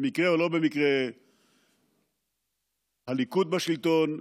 במקרה או לא במקרה הליכוד בשלטון,